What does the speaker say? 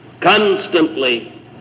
constantly